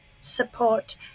support